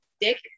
dick